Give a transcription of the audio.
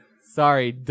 Sorry